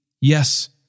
yes